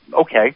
okay